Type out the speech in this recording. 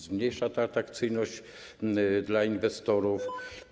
Zmniejsza to atrakcyjność dla inwestorów.